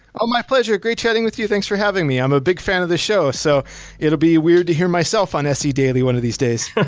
um my pleasure. great chatting with you. thanks for having me. i'm a big fan of the show, so it'll be weird to hear myself on sedaily one of these days.